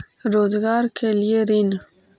रोजगार के लिए ऋण?